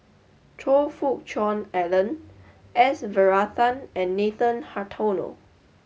Choe Fook Cheong Alan S Varathan and Nathan Hartono